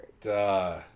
Duh